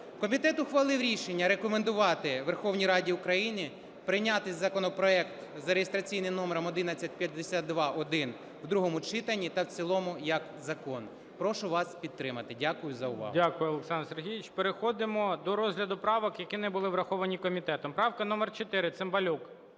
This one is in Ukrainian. Комітет ухвалив рішення рекомендувати Верховній Раді України прийняти законопроект за реєстраційним номером 1152-1 у другому читанні та в цілому як закон. Прошу вас підтримати. Дякую за увагу. ГОЛОВУЮЧИЙ. Дякую, Олександр Сергійович. Переходимо до розгляду правок, які не були враховані комітетом. Правка номер 4, Цимбалюк.